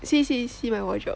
see see see my wardrobe